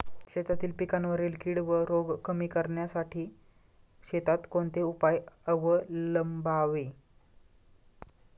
शेतातील पिकांवरील कीड व रोग कमी करण्यासाठी शेतात कोणते उपाय अवलंबावे?